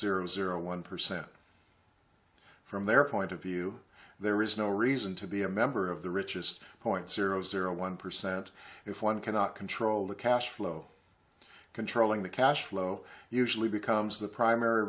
zero zero one percent from their point of view there is no reason to be a member of the richest point zero zero one percent if one cannot control the cash flow controlling the cash flow usually becomes the primary